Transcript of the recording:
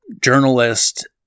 journalist